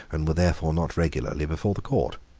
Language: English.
and were therefore not regularly before the court.